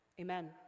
Amen